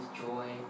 joy